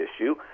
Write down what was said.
issue